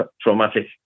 traumatic